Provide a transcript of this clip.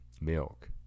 milk